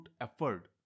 effort